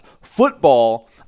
Football